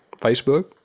Facebook